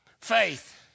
Faith